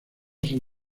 san